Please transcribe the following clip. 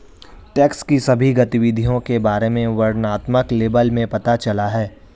tax की सभी गतिविधियों के बारे में वर्णनात्मक लेबल में पता चला है